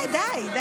די.